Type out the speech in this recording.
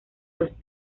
los